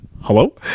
Hello